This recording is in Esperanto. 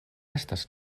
estas